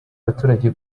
abaturage